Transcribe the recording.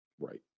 right